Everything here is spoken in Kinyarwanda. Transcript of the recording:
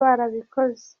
barabikoze